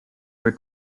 were